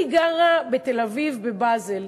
אני גרה בתל-אביב, ברחוב באזל,